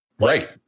Right